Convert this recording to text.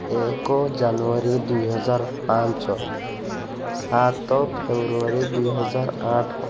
ଏକ ଜାନୁଆରୀ ଦୁଇହଜାର ପାଞ୍ଚ ସାତ ଫେବୃଆରୀ ଦୁଇହଜାର ଆଠ